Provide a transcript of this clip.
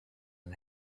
and